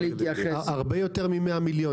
הרבה יותר מ-100 מיליון.